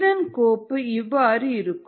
இதன் கோப்பு இவ்வாறு இருக்கும்